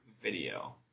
video